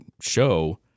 show